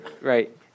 Right